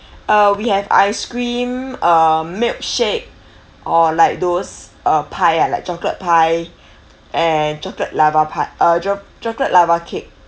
uh we have ice cream uh milk shake or like those uh pie ah like chocolate pie and chocolate lava pie uh cho~ chocolate lava cake